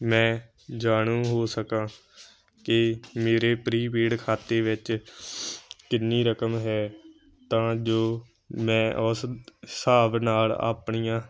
ਮੈਂ ਜਾਣੂ ਹੋ ਸਕਾਂ ਕਿ ਮੇਰੇ ਪ੍ਰੀਪੇਡ ਖਾਤੇ ਵਿੱਚ ਕਿੰਨੀ ਰਕਮ ਹੈ ਤਾਂ ਜੋ ਮੈਂ ਉਸ ਹਿਸਾਬ ਨਾਲ ਆਪਣੀਆਂ